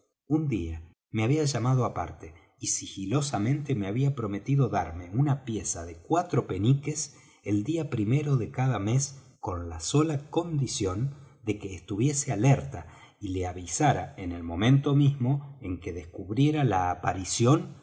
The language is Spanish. un día me había llamado aparte y sigilosamente me había prometido darme una pieza de cuatro peniques el día primero de cada mes con la sola condición de que estuviese alerta y le avisara en el momento mismo en que descubriera la aparición